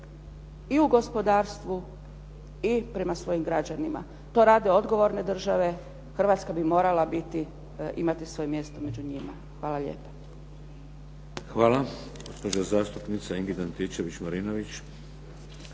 i u gospodarstvu i prema svojim građanima. To rade odgovorne države. Hrvatska bi morala biti, imati svoje mjesto među njima. Hvala lijepa. **Šeks, Vladimir (HDZ)** Hvala. Gospođa zastupnica Ingrid Antičević Marinović.